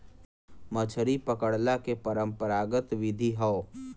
मछरी पकड़ला के परंपरागत विधि हौ